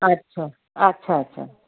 अच्छा अच्छा अच्छा